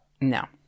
no